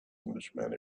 englishman